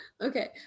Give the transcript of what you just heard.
Okay